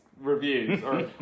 reviews